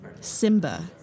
Simba